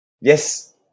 Yes